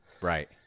Right